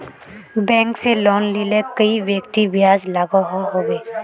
Bank से loan लिले कई व्यक्ति ब्याज लागोहो होबे?